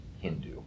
Hindu